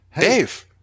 dave